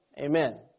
Amen